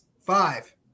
Five